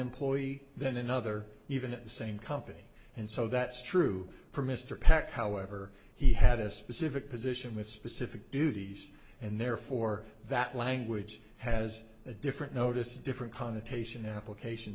employee than another even at the same company and so that's true for mr peck however he had a specific position with specific duties and therefore that language has a different notice a different connotation application